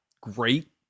great